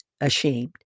ashamed